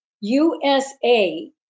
USA